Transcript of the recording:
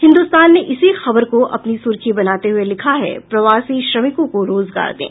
हिन्दुस्तान ने इसी खबर को अपनी सुर्खी बनाते हुये लिखा है प्रवासी श्रमिकों को रोजगार दें